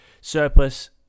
surplus